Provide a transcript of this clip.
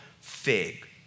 fig